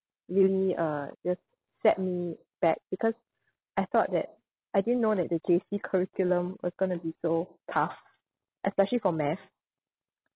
really uh just set me back because I thought that I didn't know that the J_C curriculum was going to be so tough especially for math